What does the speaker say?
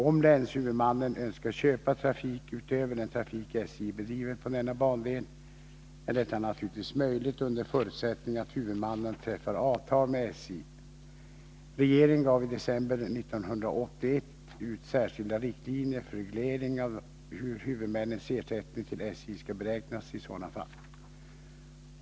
Om länshuvudmannen önskar köpa trafik utöver av vissa järnvägsden trafik SJ bedriver på denna bandel är detta naturligtvis möjligt under sträckor i Skåne förutsättning att huvudmannen träffar avtal med SJ. Regeringen gav i december 1981 ut särskilda riktlinjer för reglering av hur huvudmännens ersättning till SJ skall beräknas i sådana fall.